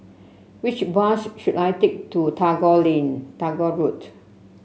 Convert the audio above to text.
which bus should I take to Tagore Ling Tagore Road